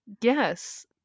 yes